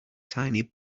tiny